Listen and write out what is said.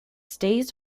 stays